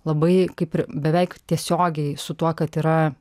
labai kaip ir beveik tiesiogiai su tuo kad yra